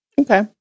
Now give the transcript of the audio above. Okay